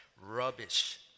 rubbish